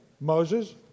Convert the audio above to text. Moses